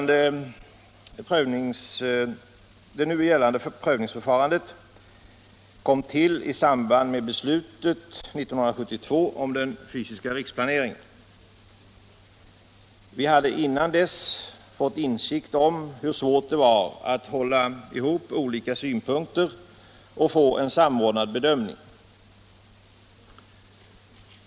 Det nu gällande prövningsförfarandet kom till i samband med beslutet 1972 om den fysiska riksplaneringen. Vi hade innan dess fått insikt om hur svårt det var att hålla ihop olika synpunkter och få en samordnad bedömning.